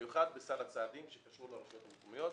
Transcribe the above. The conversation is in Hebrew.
במיוחד בסל הצעדים שקשור לרשויות המקומיות.